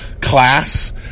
class